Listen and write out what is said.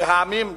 והעמים יתגברו.